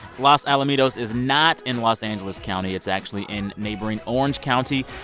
los alamitos is not in los angeles county. it's actually in neighboring orange county.